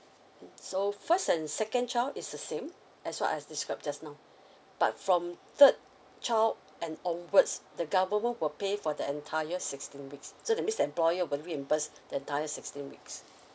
mm so first and second child is the same as what I described just now but from third child and onwards the government will pay for the entire sixteen weeks so means the employer will reimburse entire sixteen weeks